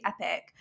epic